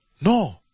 No